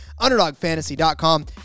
underdogfantasy.com